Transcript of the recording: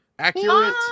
Accurate